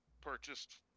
purchased